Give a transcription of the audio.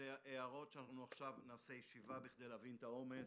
אלה הערות שעכשיו נערוך ישיבה בכדי להבין את העומס,